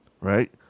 right